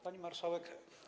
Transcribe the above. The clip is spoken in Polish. Pani Marszałek!